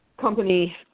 company